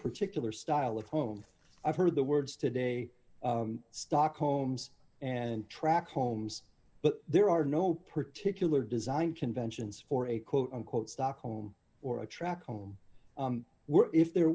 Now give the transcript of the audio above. particular style of home i've heard the words today stock homes and tract homes but there are no particular design conventions for a quote unquote stock home or a track home were if there